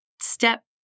step